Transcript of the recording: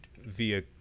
via